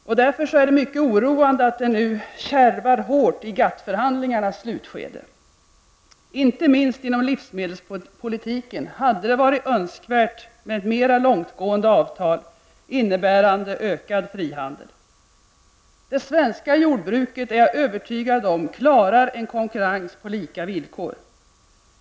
Det är därför mycket oroande att det nu kärvar hårt i GATT-förhandlingarnas slutskede. Inte minst inom livsmedelspolitiken hade det varit önskvärt med mera långtgående avtal innebärande ökad frihandel. Jag är övertygad om att det svenska jordbruket klarar en konkurrens på lika villkor.